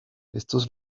estos